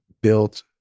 built